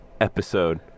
episode